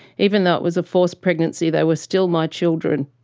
even though it was a forced pregnancy, they were still my children.